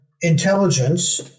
intelligence